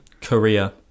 Korea